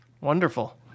Wonderful